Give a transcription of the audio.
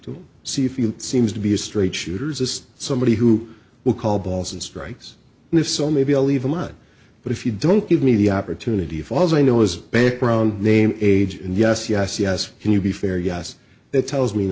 to see if you seems to be a straight shooters as somebody who will call balls and strikes and if so maybe i'll even mud but if you don't give me the opportunity falls i know his background name age and yes yes yes can you be fair yes that tells me